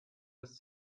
bis